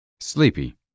Sleepy